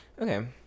okay